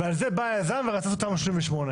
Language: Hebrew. לזה מתכוון חבר הכנסת